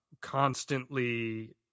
constantly